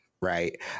right